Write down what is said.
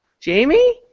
Jamie